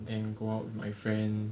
then go out with my friend